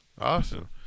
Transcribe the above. Awesome